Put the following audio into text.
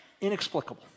inexplicable